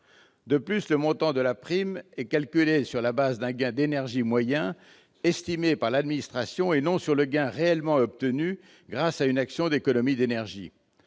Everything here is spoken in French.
De plus, le montant de la prime est calculé sur la base d'un gain moyen d'énergie, estimé par l'administration, et non sur le gain réellement obtenu grâce à une action d'économie d'énergie.